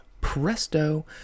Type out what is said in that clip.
Presto